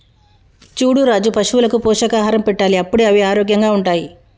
చూడు రాజు పశువులకు పోషకాహారం పెట్టాలి అప్పుడే అవి ఆరోగ్యంగా ఉంటాయి